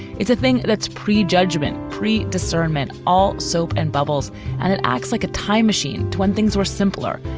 it's a thing that's pre-judgment, pre discernment, all soap and bubbles and it acts like a time machine when things were simpler,